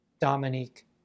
Dominique